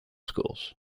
schools